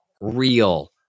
real